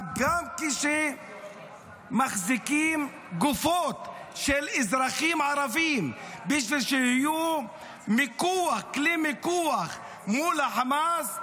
גם כשמחזיקים גופות של אזרחים ערבים בשביל שיהיו כלי מיקוח מול חמאס,